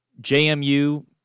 JMU